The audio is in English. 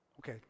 Okay